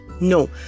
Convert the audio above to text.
No